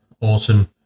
awesome